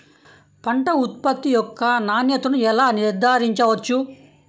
పంట ఉత్పత్తి యొక్క నాణ్యతను ఎలా నిర్ధారించవచ్చు?